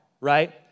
right